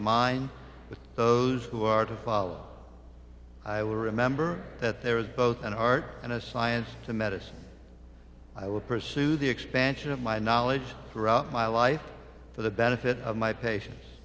but those who are to follow i will remember that there is both an art and a science to medicine i will pursue the expansion of my knowledge throughout my life for the benefit of my patients